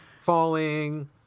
falling